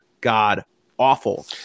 god-awful